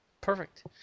perfect